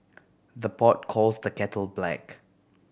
the pot calls the kettle black